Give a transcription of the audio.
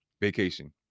vacation